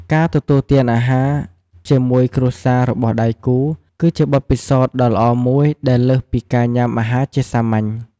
ការទទួលទានអាហារជាមួយគ្រួសាររបស់ដៃគូ គឺជាបទពិសោធន៍ដ៏ល្អមួយដែលលើសពីការញុំាអាហារជាសាមញ្ញ។